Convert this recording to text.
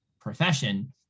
profession